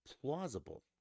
plausible